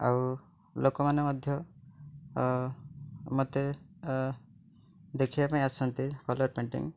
ଆଉ ଲୋକମାନେ ମଧ୍ୟ ମୋତେ ଦେଖାଇବା ପାଇଁ ଆସନ୍ତି କଲର୍ ପେଣ୍ଟିଂ